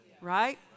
right